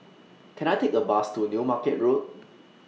Can I Take A Bus to New Market Road